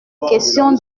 question